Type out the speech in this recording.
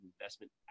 investment